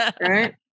Right